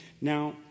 Now